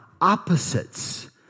opposites